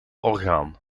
orgaan